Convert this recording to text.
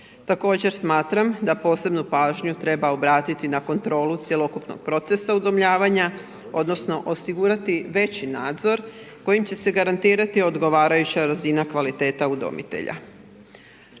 Također smatram da posebnu pažnju treba obratiti na kontrolu cjelokupnog procesa udomljavanja odnosno osigurati veći nadzor koji će se garantirati odgovarajuća razina kvaliteta udomitelja.